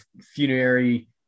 funerary